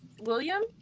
william